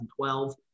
2012